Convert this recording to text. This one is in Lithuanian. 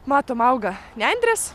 matom auga nendrės